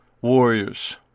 warriors